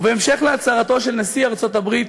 ובהמשך להצהרתו של נשיא ארצות-הברית